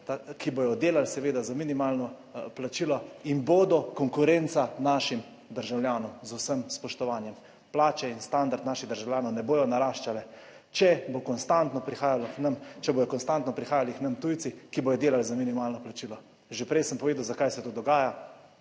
ki bodo delali seveda za minimalno plačilo in bodo konkurenca našim državljanom. Z vsem spoštovanjem. Plače in standard naših državljanov ne bodo naraščale, če bo konstantno prihajalo k nam, če bodo konstantno prihajali k nam tujci, ki bodo delali za minimalno plačilo. Že prej sem povedal, zakaj se to dogaja.